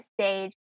stage